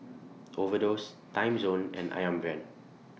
Overdose Timezone and Ayam Brand